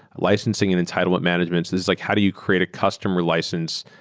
licensing and entitlement managements. this is like how do you create a customer license?